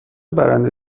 برنده